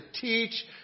teach